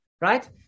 right